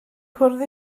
cwrdd